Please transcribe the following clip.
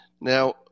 Now